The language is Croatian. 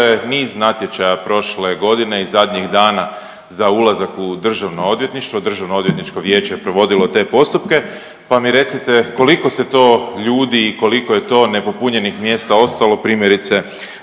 bilo je niz natječaja prošle godine i zadnjih dana za ulazak u državno odvjetništvo i DOV je provodilo te postupke, pa mi recite koliko se to ljudi i koliko je to nepopunjenih mjesta ostalo, primjerice